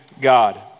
God